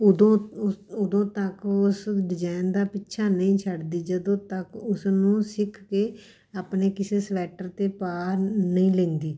ਉਦੋਂ ਉਸ ਉਦੋਂ ਤੱਕ ਉਸ ਡਿਜ਼ਾਇਨ ਦਾ ਪਿੱਛਾ ਨਹੀਂ ਛੱਡਦੀ ਜਦੋਂ ਤੱਕ ਉਸ ਨੂੰ ਸਿੱਖ ਕੇ ਆਪਣੇ ਕਿਸੇ ਸਵੈਟਰ 'ਤੇ ਪਾ ਨਹੀਂ ਲੈਂਦੀ